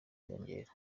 kwiyongera